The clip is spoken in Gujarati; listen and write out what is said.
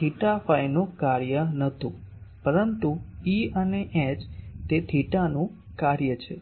થેટા ફાઈ નું કાર્ય નહોતું પરંતુ E અને H તે થેટાનું કાર્ય છે